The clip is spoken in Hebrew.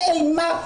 באימה,